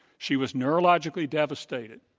she was neurologically devastated.